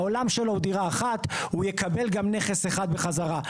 העולם שלו הוא דירה אחת והוא יקבל גם נכס אחד בחזרה.